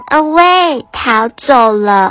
away逃走了